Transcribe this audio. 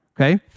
okay